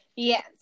Yes